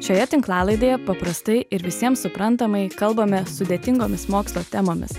šioje tinklalaidėje paprastai ir visiems suprantamai kalbame sudėtingomis mokslo temomis